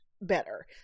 better